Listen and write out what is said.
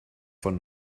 von